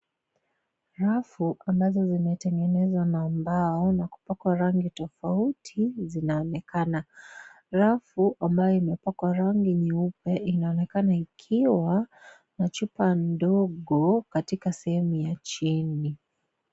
Rafu ambazo zimetengenezwa na mbao na kupakwa rangi tofauti zinaonekana, rafu ambayo imepakwa rangi nyeupe inaonekana ikiwa na chupa ndogo katika sehemu ya chini.